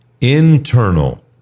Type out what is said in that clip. internal